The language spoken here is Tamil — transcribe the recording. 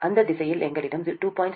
அந்த திசையில் எங்களிடம் 2